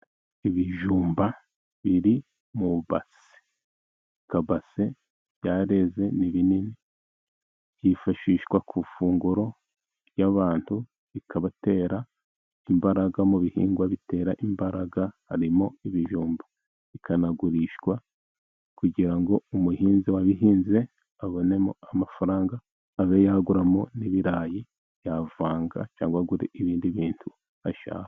Ibijumba biri mu kabase byareze ni binini, byifashishwa ku ifunguro ry'abantu bikabatera imbaraga, mu bihingwa bitera imbaraga harimo ibijumba, bikanagurishwa kugira ngo umuhinzi wabihinze abonemo amafaranga, abe yaguramo ibirayi yavanga cyangwa agure ibindi bintu ashaka.